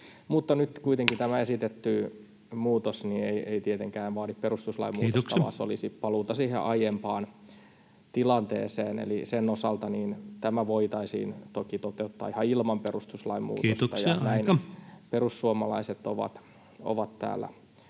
tämä esitetty muutos ei tietenkään vaadi perustuslain muutosta, [Puhemies: Kiitoksia!] vaan se olisi paluuta siihen aiempaan tilanteeseen. Eli sen osalta tämä voitaisiin toki toteuttaa ihan ilman perustuslain muutosta, [Puhemies: Kiitoksia, aika!] ja näin perussuomalaiset ovat täällä